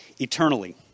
eternally